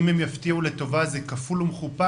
כמובן כמו שאמרתי,